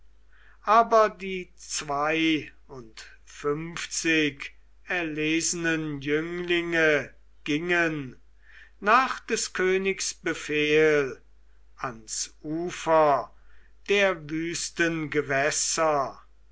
aber die zweiundfünfzig erlesenen jünglinge gingen nach des königs befehl ans ufer der wüsten gewässer